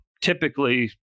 typically